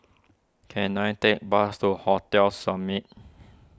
can I take a bus to Hotel Summit